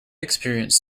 experience